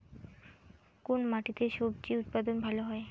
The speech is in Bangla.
কোন মাটিতে স্বজি উৎপাদন ভালো হয়?